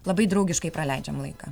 labai draugiškai praleidžiam laiką